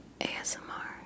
ASMR